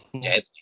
deadly